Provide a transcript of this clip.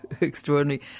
extraordinary